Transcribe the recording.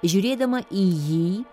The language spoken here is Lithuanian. žiūrėdama į jį